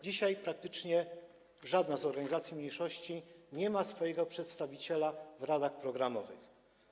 Dzisiaj praktycznie żadna organizacja mniejszości nie ma swojego przedstawiciela w radach programowych.